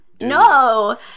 No